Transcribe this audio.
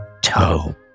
toe